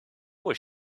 where